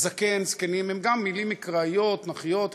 זקן, זקנים, אלה הן מילים מקראיות, תנ"כיות.